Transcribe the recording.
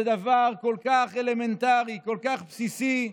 זה דבר כל כך אלמנטרי, כל כך בסיסי,